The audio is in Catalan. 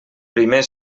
primer